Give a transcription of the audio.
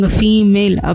female